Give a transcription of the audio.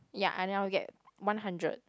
ya I anyhow get one hundred